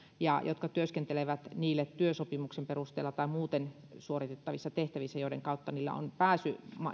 ja jotka työskentelevät yrityksille työsopimuksen perusteella tai muuten suoritettavissa tehtävissä joiden kautta heillä on pääsy